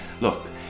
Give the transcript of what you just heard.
look